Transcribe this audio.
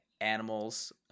animals